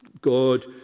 God